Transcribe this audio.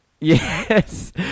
Yes